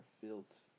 fields